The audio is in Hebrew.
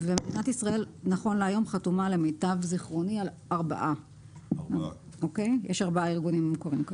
למיטב זיכרוני מדינת ישראל נכון להיום חתומה על ארבעה ארגונים.